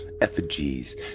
effigies